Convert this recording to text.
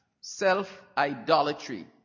Self-idolatry